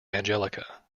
angelica